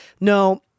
No